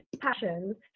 passions